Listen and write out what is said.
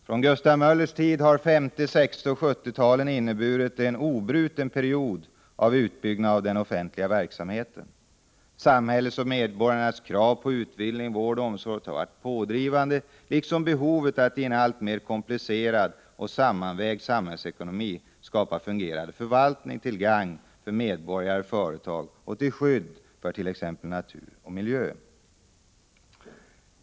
Efter Gustav Möllers tid har 1950-, 1960 och 1970-talen inneburit en oavbruten period av utbyggnad av den offentliga verksamheten. Samhällets och medborgarnas krav på utbildning, vård och omsorg har varit pådrivande, liksom behovet att i en alltmer komplicerad och sammanvävd samhällsekonomi skapa fungerande förvaltningar till gagn för medborgare och företag samt till skydd för t.ex. natur och miljö.